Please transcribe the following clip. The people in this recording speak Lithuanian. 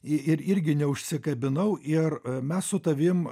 ir irgi neužsikabinau ir mes su tavim